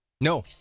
no